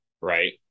Right